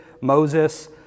Moses